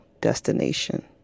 destination